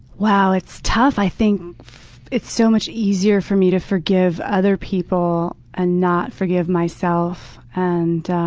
wow, it's tough. i think it's so much easier for me to forgive other people and not forgive myself. and